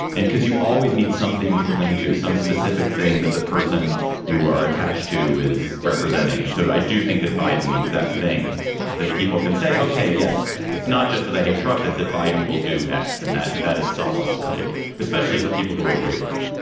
and because you always need something to cling to, some specific thing that the person you are attached to is representing. and so i do think that biden needs that thing that people can say, okay. yes. it's not just that i hate trump, it's that biden will do x and that that is solace for me, especially for people who are wavering.